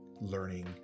learning